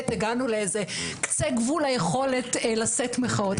הגענו לאיזה קצה גבול היכולת לשאת מחאות.